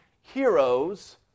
heroes